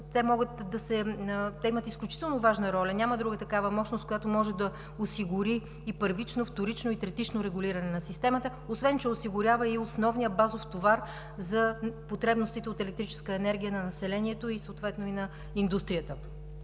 Те имат изключително важна роля. Няма друга такава мощност, която може да осигури и първично, и вторично, и третично регулиране на системата, освен че осигурява и основния базов товар за потребностите от електрическа енергия на населението, съответно и на индустрията.